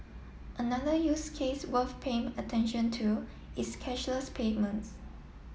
another use case worth paying attention to is cashless payments